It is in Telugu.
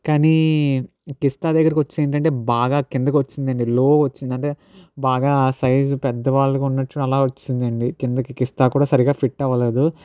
కానీ ఈ కిస్తా దగ్గరకు వచ్చేసి ఏంటంటే బాగా కిందకి వచ్చిందండి లో వచ్చింది అంటే బాగా సైజు పెద్ద వాళ్ళకు ఉన్నట్లు అలా వచ్చిందండి కిందకి కిస్తా కూడా సరిగా ఫిట్ అవ్వలేదు